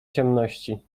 ciemności